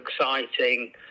exciting